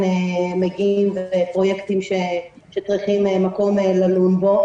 מגיעים לפרויקטים שמצריכים מקום ללון בו.